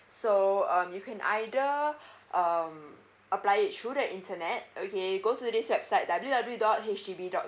so um you can either um apply it through the internet okay go to this website w w dot H D B dot